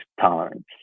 tolerance